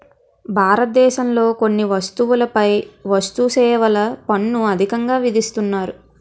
భారతదేశంలో కొన్ని వస్తువులపై వస్తుసేవల పన్ను అధికంగా విధిస్తున్నారు